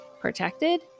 protected